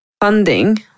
funding